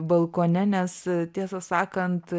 balkone nes tiesą sakant